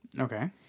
Okay